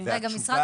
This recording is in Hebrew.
והתשובה